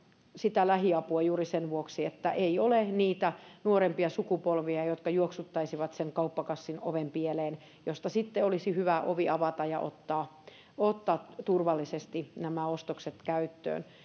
sitä lähiapua juuri sen vuoksi että ei ole niitä nuorempia sukupolvia jotka juoksuttaisivat kauppakassin ovenpieleen josta sitten olisi hyvä ovi avata ja ottaa ottaa turvallisesti nämä ostokset käyttöön